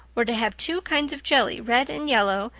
we're to have two kinds of jelly, red and yellow,